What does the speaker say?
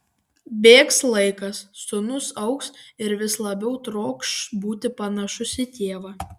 bėgs laikas sūnus augs ir vis labiau trokš būti panašus į tėvą